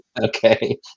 okay